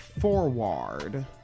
forward